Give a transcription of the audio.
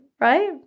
right